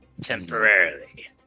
temporarily